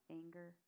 anger